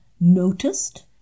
noticed